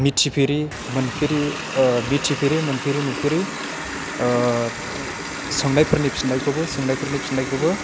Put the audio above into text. मिथिफेरै मोनफेरै नुफेरै सोंनायफोरनि फिननायखौबो